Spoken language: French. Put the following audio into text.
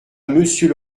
monsieur